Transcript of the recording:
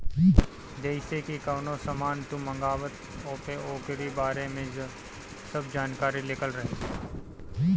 जइसे की कवनो सामान तू मंगवल त ओपे ओकरी बारे में सब जानकारी लिखल रहि